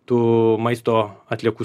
tų maisto atliekų